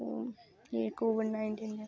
ते एह् COVID nineteen ऐ